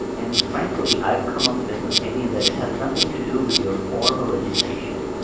and frankly, i've come of this opinion that it has nothing to do with your formal education.